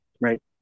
right